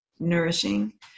Nourishing